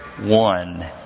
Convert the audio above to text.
one